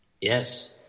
Yes